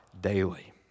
daily